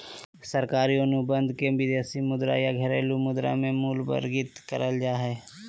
सरकारी अनुबंध के विदेशी मुद्रा या घरेलू मुद्रा मे मूल्यवर्गीत करल जा हय